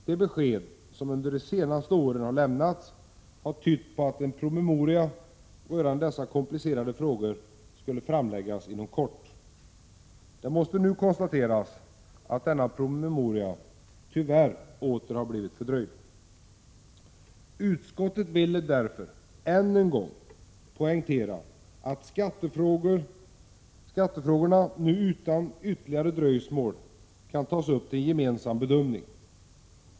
De besked som under de senaste åren lämnats har tytt på att en promemoria rörande dessa komplice rade frågor skulle framläggas inom kort. Det måste nu konstateras att denna — Prot. 1986/87:113 promemoria tyvärr åter har blivit fördröjd. 29 april 1987 Utskottet vill därför än en gång poängtera att dessa skattefrågor nu utan | ytterligare dröjsmål måste tas upp till en gemensam bedömning.